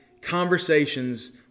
conversations